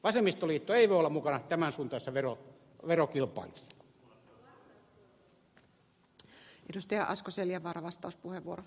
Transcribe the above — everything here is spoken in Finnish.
vasemmistoliitto ei voi olla mukana tämän suuntaisessa verokilpailussa